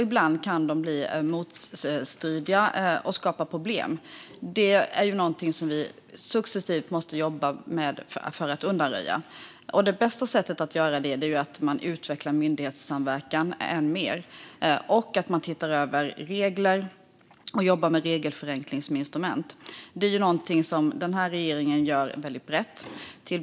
Ibland kan regler bli motstridiga och skapa problem. Detta är något som vi successivt måste jobba med att undanröja. Det bästa sättet att göra detta på är genom att utveckla myndighetssamverkan ännu mer och också se över regler och jobba med regelförenkling som instrument. Detta är något som den här regeringen gör väldigt brett.